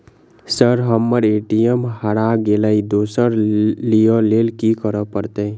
Sir हम्मर ATM हरा गइलए दोसर लईलैल की करऽ परतै?